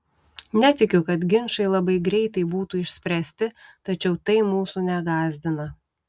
netikiu kad ginčai labai greitai būtų išspręsti tačiau tai mūsų negąsdina